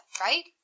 right